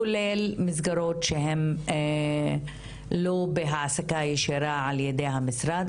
כולל מסגרות שהן לא בהעסקה ישירה על ידי המשרד,